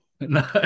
no